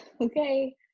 okay